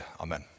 amen